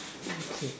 mm okay